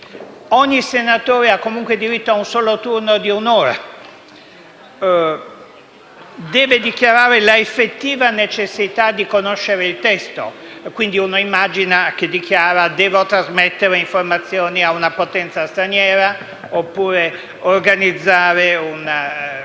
Ogni senatore ha comunque diritto a un solo turno di un'ora. Il senatore deve dichiarare l'effettiva necessità di conoscere il testo, quindi si immagina che si possa voler trasmettere informazioni a una potenza straniera, oppure organizzare un